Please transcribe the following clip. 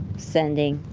sending.